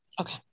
Okay